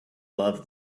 love